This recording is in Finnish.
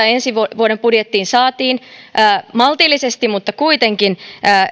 ensi vuoden vuoden budjettiin saatiin maltillisesti mutta kuitenkin